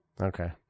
Okay